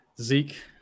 Zeke